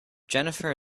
jennifer